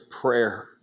prayer